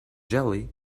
jelly